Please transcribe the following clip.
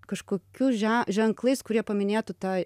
kažkokių že ženklais kurie paminėtų tą